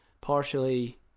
partially